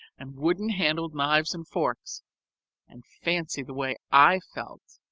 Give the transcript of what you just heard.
and wooden-handled knives and forks and fancy the way i felt!